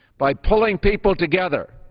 by pulling people together,